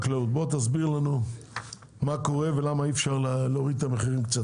תסביר לנו מה קורה ולמה אי אפשר להוריד את המחירים.